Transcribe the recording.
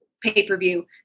pay-per-view